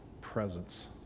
presence